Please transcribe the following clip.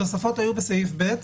התוספות היו בסעיף ב.